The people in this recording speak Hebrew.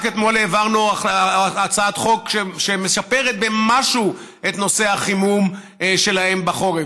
רק אתמול העברנו הצעת חוק שמשפרת במשהו את נושא החימום שלהם בחורף,